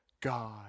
God